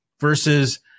versus